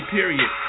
Period